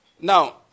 Now